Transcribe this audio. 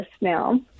now